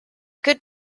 good